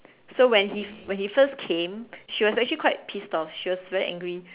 so when he when he first came she was actually quite pissed off she was very angry